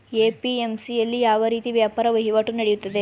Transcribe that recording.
APMC ಯಲ್ಲಿ ಯಾವ ರೀತಿ ವ್ಯಾಪಾರ ವಹಿವಾಟು ನೆಡೆಯುತ್ತದೆ?